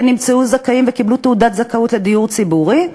שנמצאו זכאים וקיבלו תעודת זכאות לדיור ציבורי,